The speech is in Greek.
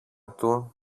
του